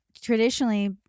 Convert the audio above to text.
traditionally